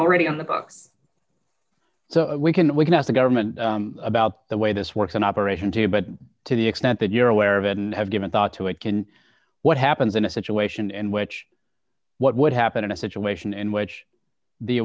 already on the books so we can witness the government about the way this works in operation too but to the extent that you're aware of and have given thought to it can what happens in a situation in which what would happen in a situation in which the